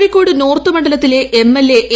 Kozhikode north മണ്ഡലത്തിലെ MLA A